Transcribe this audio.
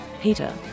peter